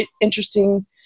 interesting